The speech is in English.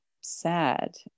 sad